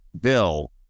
bill